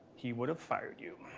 he would've fired you.